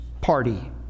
party